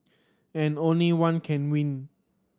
and only one can win